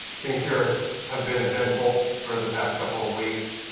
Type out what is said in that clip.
things here have been eventful for the past couple of weeks.